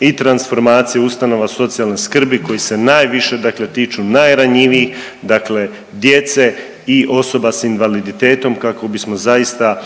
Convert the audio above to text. i transformacije ustanova socijalne skrbi koji se najviše dakle tiču najranjivijih dakle djece i osoba s invaliditetom kako bismo zaista